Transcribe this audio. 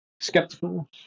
skeptical